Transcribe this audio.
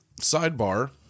sidebar